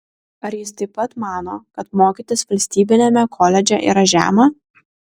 ar jis taip pat mano kad mokytis valstybiniame koledže yra žema